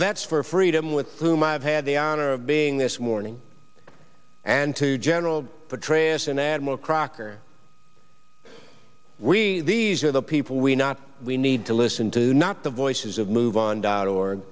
vets for freedom with whom i've had the honor of being this morning and to general petraeus and admiral crocker we these are the people we not we need to listen to not the voices of move on dot org